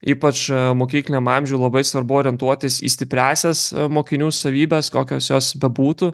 ypač mokykliniam amžiuj labai svarbu orientuotis į stipriąsias mokinių savybes kokios jos bebūtų